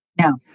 No